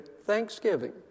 Thanksgiving